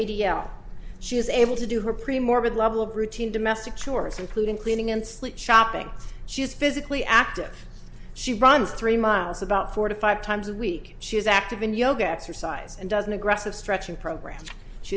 l she is able to do her pretty morbid level of routine domestic chores including cleaning and sleep shopping she is physically active she runs three miles about four to five times a week she is active in yoga exercise and doesn't aggressive stretching program she